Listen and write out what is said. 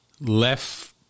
left